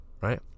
Right